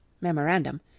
Memorandum